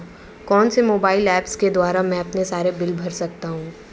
कौनसे mobile apps के द्वारा मैं अपने सारे बिल भर सकता हूं?